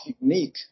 unique